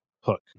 Hook